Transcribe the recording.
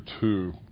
two